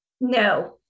No